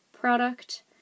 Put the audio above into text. product